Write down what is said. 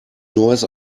neues